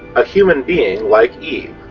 a human being like eve.